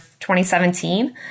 2017